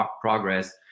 progress